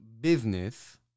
business